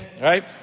Right